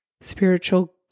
spiritual